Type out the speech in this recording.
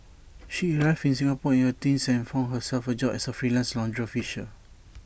she arrived in Singapore in her teens and found herself A job as A freelance laundry washer